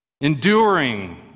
enduring